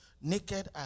Naked